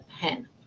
pen